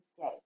day